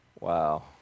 wow